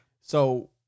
So-